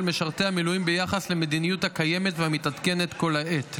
משרתי המילואים ביחס למדיניות הקיימת והמתעדכנת כל העת.